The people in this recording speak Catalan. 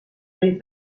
vell